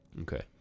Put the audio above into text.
Okay